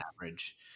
average